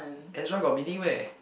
Ezra got meaning meh